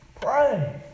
Pray